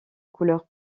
couleur